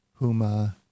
Huma